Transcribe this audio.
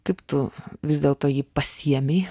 kaip tu vis dėlto jį pasiėmei